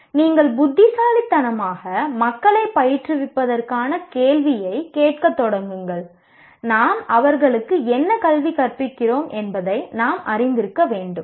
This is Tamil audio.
எனவே நீங்கள் புத்திசாலித்தனமாக மக்களைப் பயிற்றுவிப்பதற்கான கேள்வியைக் கேட்கத் தொடங்குங்கள் நாம் அவர்களுக்கு என்ன கல்வி கற்பிக்கிறோம் என்பதை நாம் அறிந்திருக்க வேண்டும்